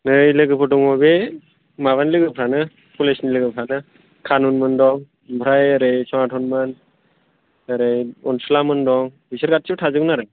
नै लोगोफोर दङ बे माबानि लोगोफ्रानो कलेजनि लोगोफ्रानो कानुनमोन दं ओमफ्राय ओरै जनातनमोन ओरै अनसुला मोन दं बिसोर गासिबो थांजोबगोन आरो